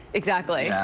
exactly. yeah,